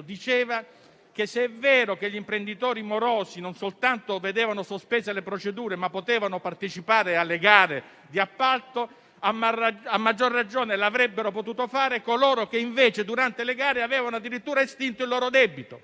affermava che, se è vero che gli imprenditori morosi non soltanto vedevano sospese le procedure ma potevano partecipare alle gare di appalto, a maggior ragione l'avrebbero potuto fare coloro che invece durante le gare avevano addirittura estinto il loro debito.